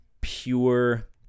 pure